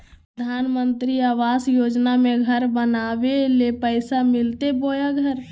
प्रधानमंत्री आवास योजना में घर बनावे ले पैसा मिलते बोया घर?